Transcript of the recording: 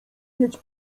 mieć